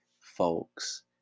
folks